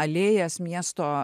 alėjas miesto